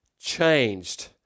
changed